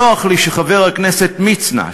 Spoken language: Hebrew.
נוח לי שחבר הכנסת מצנע,